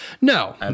No